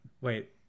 Wait